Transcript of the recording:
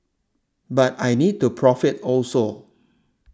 but I need to profit also